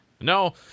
No